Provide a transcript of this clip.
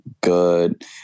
good